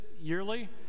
yearly